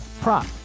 prop